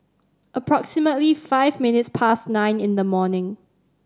approximately five minutes past nine in the morning